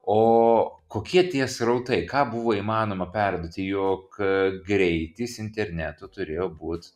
o kokie tie srautai ką buvo įmanoma perduoti juk greitis interneto turėjo būt